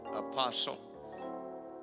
apostle